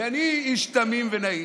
כי אני איש תמים ונאיבי,